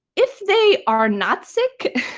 if they are not sick,